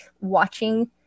watching